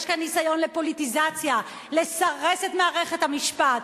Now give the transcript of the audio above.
יש כאן ניסיון לפוליטיזציה, לסרס את מערכת המשפט.